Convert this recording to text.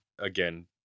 Again